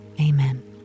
amen